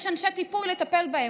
יש אנשי טיפול לטפל בה,